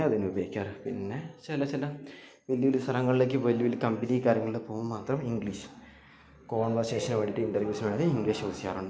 ഇംഗ്ലീഷില്ലാണ്ട് പൗരന്മാർ കുട്ടികൾക്കും വളർച്ചയിലും അവരുടെ വിദ്യാഭ്യാസത്തിനു യോഗ്യതയ്ക്കും എല്ലാം ഇംഗ്ലീഷാണ് എല്ലാവരും കൈകാര്യം ചെയ്തു വരുന്നത് പക്ഷേ